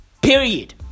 Period